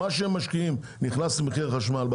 ומה שהם משקיעים נכנס לתעריף החשמל,